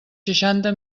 seixanta